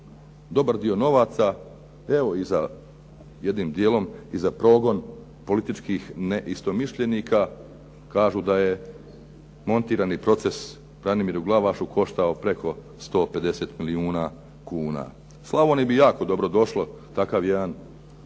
dobar dio novaca, jednim dijelom i za progon neistomišljenika. Kažu da je montirani proces Branimiru Glavašu koštao preko 150 milijuna kuna. Slavoniji bi jako dobro došlo takvih jednih